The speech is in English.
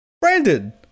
Brandon